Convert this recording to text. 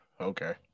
Okay